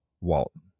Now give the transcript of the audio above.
Walton